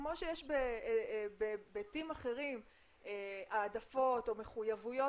כמו שיש בהיבטים אחרים העדפות או מחויבויות